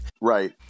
Right